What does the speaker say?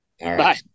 Bye